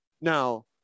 Now